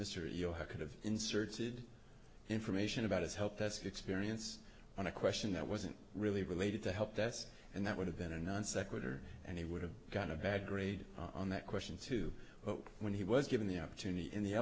mr you'll have could have inserted information about his helpdesk experience on a question that wasn't really related to help desk and that would have been a non sequitur and he would have got a bad grade on that question too when he was given the opportunity in the